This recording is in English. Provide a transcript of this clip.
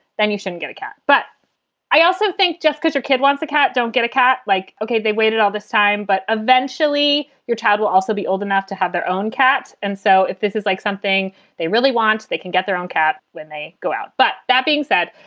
then you shouldn't get a cat. but i also think just because your kid wants a cat, don't get a cat like, ok. they waited all this time, but eventually your child will also be old enough to have their own cat. and so if this is like something they really want, they can get their own cat when they go out. but that being said,